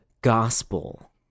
gospel